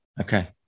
Okay